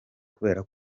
kubera